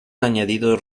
añadidos